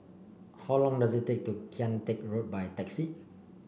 how long does it take to Kian Teck Road by taxi